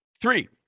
Three